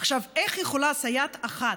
עכשיו, איך יכולה סייעת אחת,